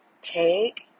Take